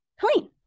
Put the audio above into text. clean